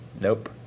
Nope